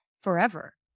forever